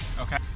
Okay